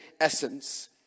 essence